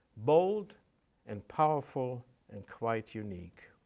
bold and powerful and quite unique.